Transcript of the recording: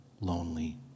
lonely